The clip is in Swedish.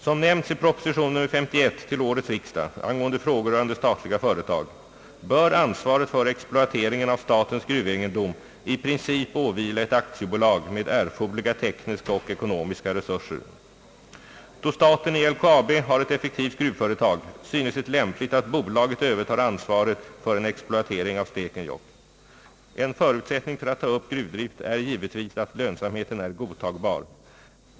Som nämnts i proposition nr 51 till årets riksdag angående frågor rörande statliga företag bör ansvaret för exploateringen av statens gruvegendom i princip åvila ett aktiebolag med erforderliga tekniska och ekonomiska resurser. Då staten i LKAB har ett effektivt gruvföretag synes det lämpligt att bolaget övertar ansvaret för en exploatering av Stekenjokk. En förutsättning för att ta upp gruvdrift är givetvis att lönsamheten är godtagbar.